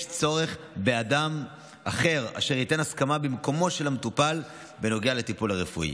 יש צורך באדם אחר אשר ייתן הסכמה במקומו של המטופל בנוגע לטיפול הרפואי.